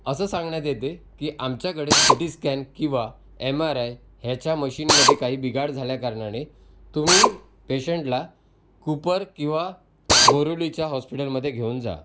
असं सांगण्यात येते की आमच्याकडे सि टी स्कॅन किंवा एम आर आय ह्याच्या मशीनमध्ये काही बिघाड झाल्या कारणाने तुम्ही पेशंटला कूपर किंवा बोरिवलीच्या हॉस्पिटलमध्ये घेऊन जा